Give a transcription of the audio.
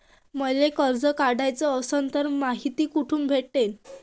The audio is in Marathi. मले कर्ज काढाच असनं तर मायती कुठ भेटनं?